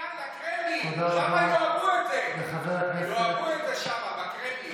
מכאן לקרמלין, שם יאהבו את זה.